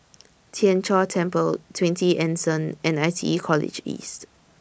Tien Chor Temple twenty Anson and I T E College East